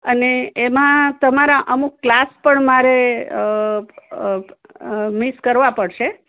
અને એમા તમારા અમુક ક્લાસ પણ મારે મીસ કરવા પડશે